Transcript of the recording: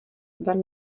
then